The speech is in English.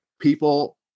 people